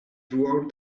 throughout